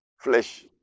flesh